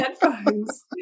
headphones